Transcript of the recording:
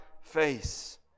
face